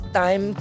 time